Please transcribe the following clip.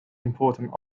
important